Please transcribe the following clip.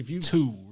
two